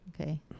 okay